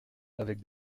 avec